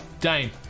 Dane